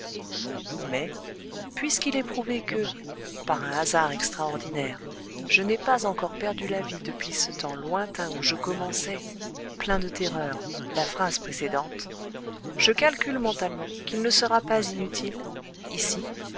mais puisqu'il est prouvé que par un hasard extraordinaire je n'ai pas encore perdu la vie depuis ce temps lointain où je commençai plein de terreur la phrase précédente je calcule mentalement qu'il ne sera pas inutile ici